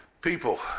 People